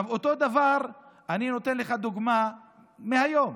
אותו דבר אני נותן לך דוגמה מהיום: